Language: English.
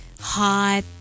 hot